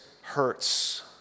hurts